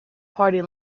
party